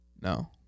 No